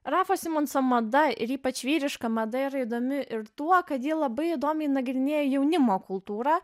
rafo simonso mada ir ypač vyriška mada yra įdomi ir tuo kad ji labai įdomiai nagrinėja jaunimo kultūrą